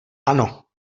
ano